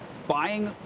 Buying